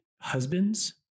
husbands